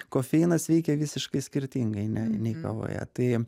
kofeinas veikia visiškai skirtingai nei nei kavoje tai